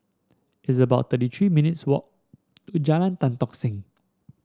it's about thirty three minutes' walk to Jalan Tan Tock Seng